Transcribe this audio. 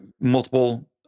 multiple